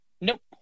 Nope